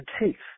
taste